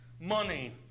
money